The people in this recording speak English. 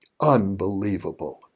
Unbelievable